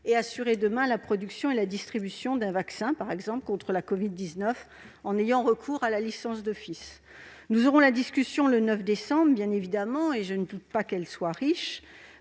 et assurer, demain, la production et la distribution d'un vaccin, par exemple contre la covid-19, en ayant recours à la licence d'office. Cette discussion aura lieu le 9 décembre, et je ne doute pas qu'elle sera riche,